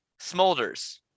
Smolders